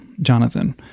Jonathan